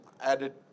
added